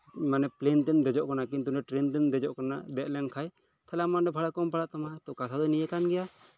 plane ᱛᱮᱢ ᱫᱮᱡᱚᱜ ᱠᱟᱱᱟ ᱠᱤᱱᱛᱩ ᱴᱨᱮᱱ ᱨᱮᱢ ᱫᱮᱡᱚᱜ ᱠᱟᱱᱟ ᱫᱮᱡ ᱞᱮᱱᱠᱷᱟᱱ ᱛᱟᱦᱚᱞᱮ ᱟᱢᱟᱜ ᱜᱮ ᱵᱷᱟᱲᱟ ᱠᱚᱢ ᱯᱟᱲᱟᱜ ᱛᱟᱢᱟ ᱠᱟᱛᱷᱟ ᱫᱚ ᱱᱤᱭᱟᱹ ᱠᱟᱱ ᱜᱮᱭᱟ